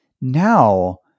now